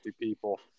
people